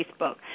Facebook